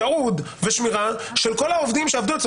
תיעוד ושמירה של כל העובדים שעבדו אצלו